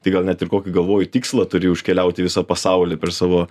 tai gal net ir kokį galvoju tikslą turi užkeliauti visą pasaulį per savo